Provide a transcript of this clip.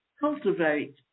Cultivate